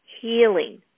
healing